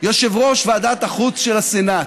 יושב-ראש ועדת החוץ של הסנאט,